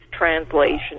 translation